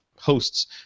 hosts